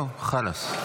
נו, חלאס.